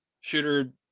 Shooter